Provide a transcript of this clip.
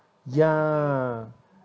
ya